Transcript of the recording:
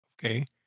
okay